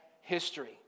history